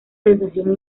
sensación